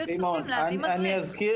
סימון, אני אזכיר,